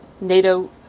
NATO